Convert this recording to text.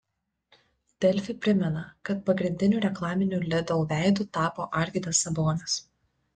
delfi primena kad pagrindiniu reklaminiu lidl veidu tapo arvydas sabonis